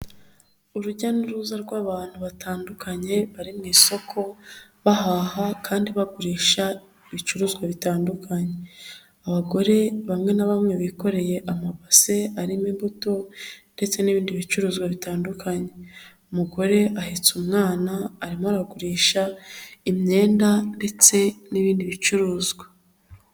Urujya n'uruza rw'abantu batandukanye bari mu isoko bahaha kandi bagurisha ibicuruzwa bitandukanye, abagore bamwe na bamwe bikoreye amabase arimo imbuto ndetse n'ibindi bicuruzwa bitandukanye, umugore ahetse umwana arimo aragurisha imyenda ndetse n'ibindi bicuruzwa.